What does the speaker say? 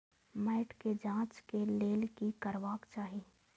मैट के जांच के लेल कि करबाक चाही?